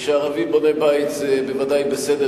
כשערבי בונה בית זה בוודאי בסדר.